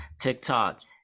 TikTok